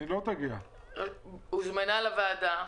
של הוועדה.